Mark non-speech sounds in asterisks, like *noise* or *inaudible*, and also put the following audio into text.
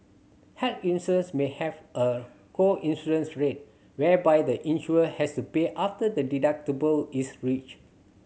health *unintelligible* may have a co insurance rate whereby the insured has to pay after the deductible is reached